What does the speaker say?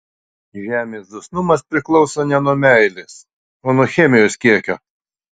žemės dosnumas priklauso ne nuo meilės o nuo chemijos kiekio